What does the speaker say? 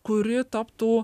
kuri taptų